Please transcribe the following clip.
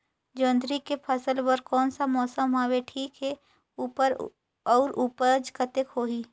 जोंदरी के फसल बर कोन सा मौसम हवे ठीक हे अउर ऊपज कतेक होही?